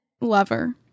Lover